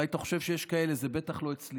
אולי אתה חושב שיש כאלה, אבל זה בטח לא אצלי.